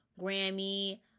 Grammy